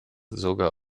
sogar